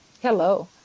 Hello